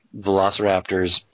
Velociraptors